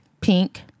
pink